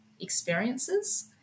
experiences